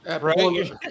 Right